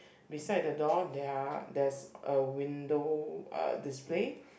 beside the door there're there's a window uh display